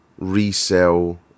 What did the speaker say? resell